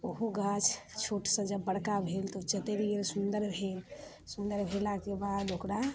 ओहो गाछ छोटसँ जब बड़का भेल तऽ चतरि गेल सुन्दर भेल सुन्दर भेलाके बाद ओकरा